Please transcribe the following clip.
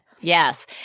Yes